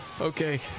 okay